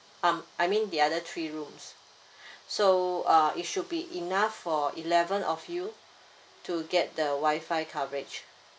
um I mean the other three rooms so uh it should be enough for eleven of you to get the Wi-Fi coverage